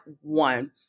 one